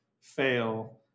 fail